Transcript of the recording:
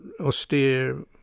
austere